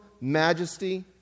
majesty